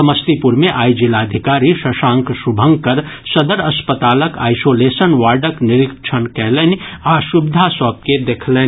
समस्तीपुर मे आइ जिलाधिकारी शशांक शुभंकर सदर अस्पतालक आइसोलेशन वार्डक निरीक्षण कयलनि आ सुविधा सभ के देखलनि